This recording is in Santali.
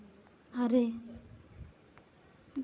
ᱟᱨᱮ